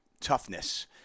toughness